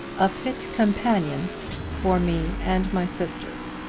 a fit companion for me and my sisters.